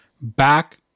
Back